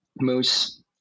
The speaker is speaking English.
moose